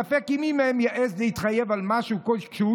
ספק אם מי מהם יעז להתחייב למשהו כשהוא